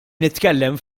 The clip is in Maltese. nitkellem